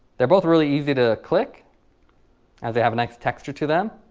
they're both really easy to click as they have nice texture to them